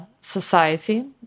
society